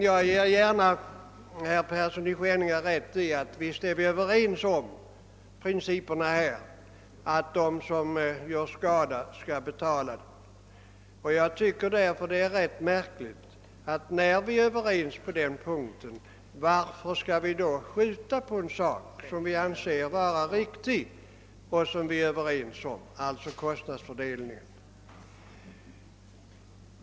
Jag ger gärna herr Persson i Skänninge rätt i att vi är överens om principerna, nämligen att de som vållar skada skall betala den. Men när vi alltså är ense om detta, varför skall vi då uppskjuta beslutet om kostnadsfördelningen?